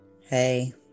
Hey